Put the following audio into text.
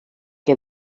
que